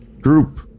group